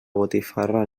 botifarra